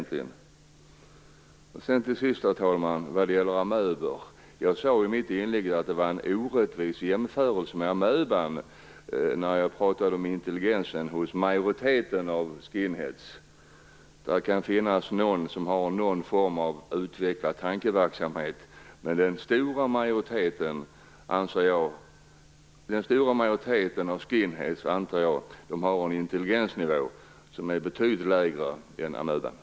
Till sist, herr talman, vad gäller amöbor: Jag sade i mitt tidigare anförande att det var orättvist för amöbans del att jämföra dess intelligens med den hos majoriteten av skinheads. Det kan finnas någon som har någon form av utvecklad tankeverksamhet, men jag antar att den stora majoriteten av skinheads har en intelligensnivå som är betydligt lägre än amöbans.